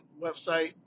website